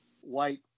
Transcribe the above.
white